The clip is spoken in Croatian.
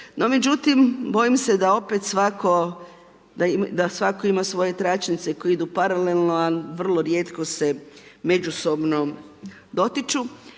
međutim bojim se da svatko ima svoje tračnice koje idu paralelno, a vrlo rijetko se međusobno dotiču.